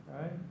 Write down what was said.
right